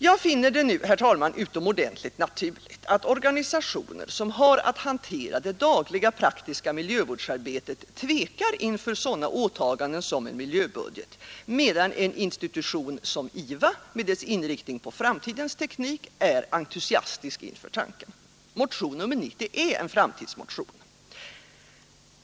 Jag finner det, herr talman, utomordentligt naturligt att organisationer som har att hantera det dagliga praktiska miljövårdsarbetet tvekar inför sådana åtaganden som en miljöbudget, medan en institution som IVA med dess inriktning på framtidens teknik är entusiastisk inför tanken. Motion nr 90 är en framtidsmotion.